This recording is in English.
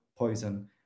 poison